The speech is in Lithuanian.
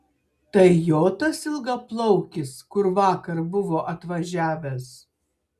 tai jo tas ilgaplaukis kur vakar buvo atvažiavęs